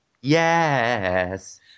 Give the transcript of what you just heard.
Yes